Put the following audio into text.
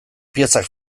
piezak